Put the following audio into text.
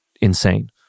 insane